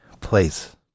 place